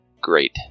great